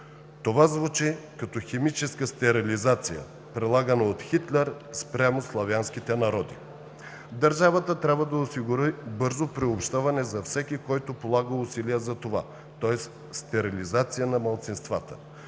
Това звучи като химическа стерилизация, прилагана от Хитлер спрямо славянските народи. Държавата трябва да осигури бързо приобщаване за всеки, който полага усилия за това, тоест стерилизация на малцинствата.